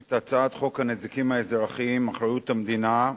את הצעת חוק הנזיקים האזרחיים (אחריות המדינה)